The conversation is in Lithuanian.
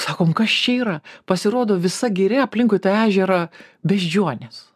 sakom kas čia yra pasirodo visa giria aplinkui tą ežerą beždžionės